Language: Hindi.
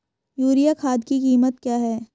यूरिया खाद की कीमत क्या है?